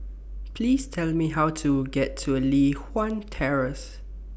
Please Tell Me How to get to Li Hwan Terrace